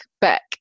back